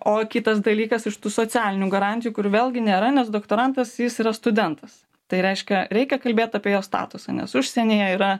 o kitas dalykas iš tų socialinių garantijų kur vėlgi nėra nes doktorantas jis yra studentas tai reiškia reikia kalbėt apie jo statusą nes užsienyje yra